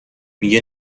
میگه